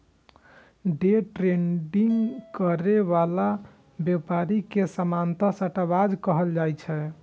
day trading करै बला व्यापारी के सामान्यतः सट्टाबाज कहल जाइ छै